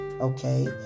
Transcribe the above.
Okay